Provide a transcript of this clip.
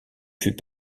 fut